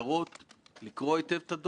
לגבי הנושא השני, גד ליאור, אליך,